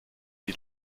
die